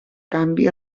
canvi